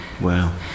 Wow